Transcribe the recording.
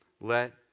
Let